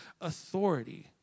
authority